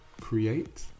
create